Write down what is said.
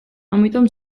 ამიტომ